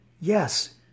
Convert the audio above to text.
Yes